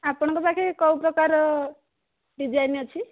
ଆପଣଙ୍କ ପାଖରେ କେଉଁ ପ୍ରକାର ଡ଼ିଜାଇନ୍ ଅଛି